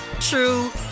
true